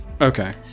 Okay